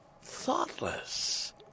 Thoughtless